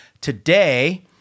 today